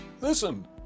Listen